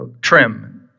trim